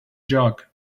jug